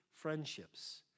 friendships